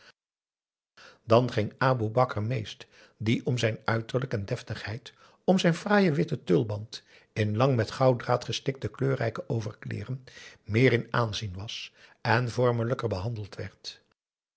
dan ging aboe bakar meest die om zijn uiterlijk en deftigheid om zijn fraaien witten tulband in lang met gouddraad gestikte kleurrijke overkleeren meer in aanzien was en vormelijker behandeld werd